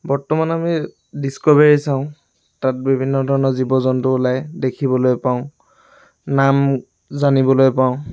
বৰ্তমান আমি ডিস্ক'ভাৰী চাওঁ তাত বিভিন্ন ধৰণৰ জীৱ জন্তু ওলাই দেখিবলৈ পাওঁ নাম জানিবলৈ পাওঁ